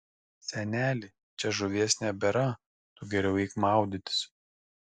seneli čia žuvies nebėra tu geriau eik maudytis